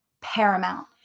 paramount